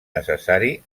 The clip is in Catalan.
necessari